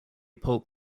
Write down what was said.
pulp